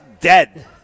dead